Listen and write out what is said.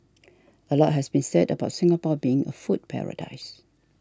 a lot has been said about Singapore being a food paradise